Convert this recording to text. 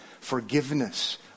forgiveness